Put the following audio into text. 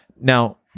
Now